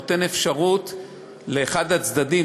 לאחד הצדדים,